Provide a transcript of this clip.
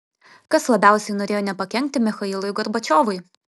kas labiausiai norėjo nepakenkti michailui gorbačiovui